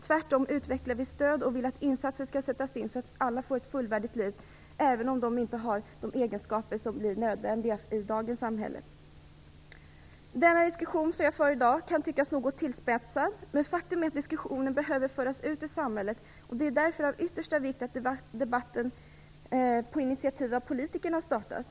Tvärtom utvecklar vi stöd och vill att insatser skall sättas in så att alla får ett fullvärdigt liv, även om alla inte har de egenskaper som blir nödvändiga i dagens samhälle. Den diskussion jag för i dag kan tyckas något tillspetsad, men faktum är att diskussionen behöver föras ut i samhället. Det är därför av yttersta vikt att debatten på initiativ från politikerna startas.